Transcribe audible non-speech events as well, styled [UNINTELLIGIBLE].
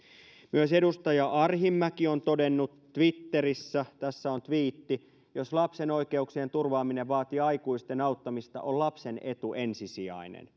myös edustaja arhinmäki on todennut twitterissä tässä on tviitti jos lapsen oikeuksien turvaaminen vaatii aikuisten auttamista on lapsen etu ensisijainen [UNINTELLIGIBLE]